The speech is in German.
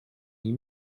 nie